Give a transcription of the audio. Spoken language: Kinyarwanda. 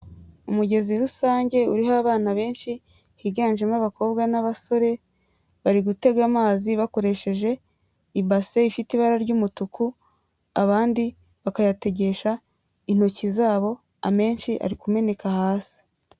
Umugezi rusange uriho abana benshi higanjemo abakobwa n'abasore, bari gutega amazi bakoresheje ibase ifite ibara ry'umutuku, abandi bakayategesha intoki zabo amenshi ari kumeneka hasi.